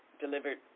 delivered